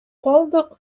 калдык